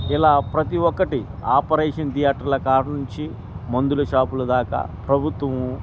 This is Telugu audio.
ఇలా ప్రతి ఒక్కటి ఆపరేషన్ థియేటర్ల కడ నుంచి మందుల షాపుల దాకా ప్రభుత్వముం